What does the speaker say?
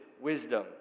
wisdom